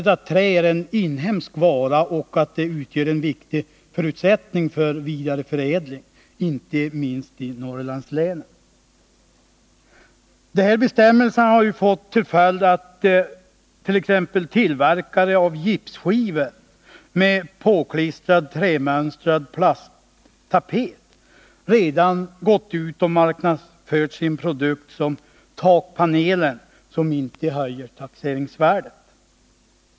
Trä är en inhemsk vara som utgör en viktig förutsättning för vidareförädling, inte minst i Norrlandslänen. Taxeringsbestämmelserna har fått till följd att t.ex. tillverkare av gipsskivor med påklistrad trämönstrad plasttapet redan har gått ut och marknadsfört sin produkt som ”takpanelen som inte höjer taxeringsvärdet”.